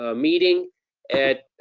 ah meeting at,